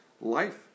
life